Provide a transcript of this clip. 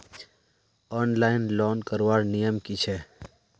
Online loan करवार नियम की छे?